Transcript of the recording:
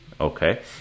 Okay